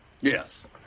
Yes